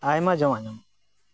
ᱟᱭᱢᱟ ᱡᱚᱢᱟᱜ ᱧᱟᱢᱚᱜᱼᱟ